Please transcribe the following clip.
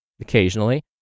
Occasionally